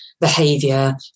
behavior